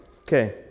Okay